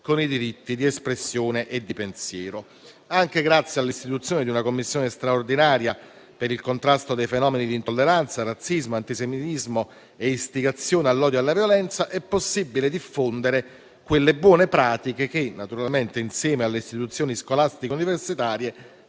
con i diritti di espressione e di pensiero. Anche grazie all'istituzione di una Commissione straordinaria per il contrasto dei fenomeni di intolleranza, razzismo, antisemitismo e istigazione all'odio e alla violenza è possibile diffondere quelle buone pratiche che, insieme alle istituzioni scolastiche e universitarie,